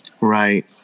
Right